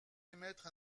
émettre